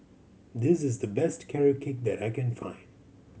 this is the best Carrot Cake that I can find